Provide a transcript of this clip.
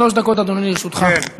שלוש דקות, אדוני, לרשותך.